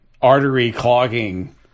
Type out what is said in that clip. artery-clogging